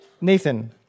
Nathan